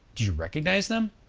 do you recognize them?